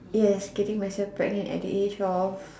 yes getting myself pregnant at the age of